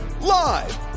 Live